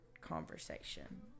conversation